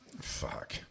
Fuck